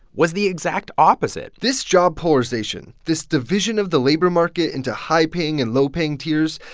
was the exact opposite this job polarization, this division of the labor market into high-paying and low-paying tiers,